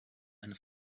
eine